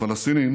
הפלסטינים,